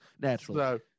Naturally